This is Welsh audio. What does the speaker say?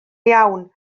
iawn